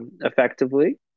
effectively